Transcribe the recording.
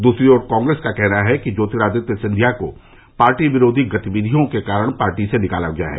दूसरी ओर कांग्रेस का कहना है कि ज्योतिरादित्य सिंधिया को पार्टी विरोधी गतिविधियों के कारण पार्टी से निकाला गया है